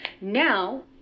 Now